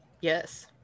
Yes